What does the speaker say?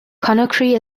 conakry